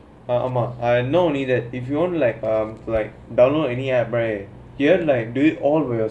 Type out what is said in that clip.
ah mah not only that if you want like um like download any applications right you like have to do it all by yourself